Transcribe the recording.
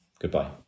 Goodbye